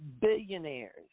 billionaires